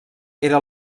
era